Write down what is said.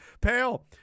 pale